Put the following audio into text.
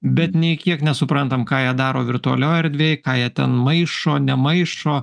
bet nei kiek nesuprantam ką jie daro virtualioj erdvėj ką jie ten maišo nemaišo